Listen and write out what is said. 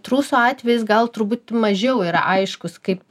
trūso atvejis gal truputį mažiau yra aiškus kaip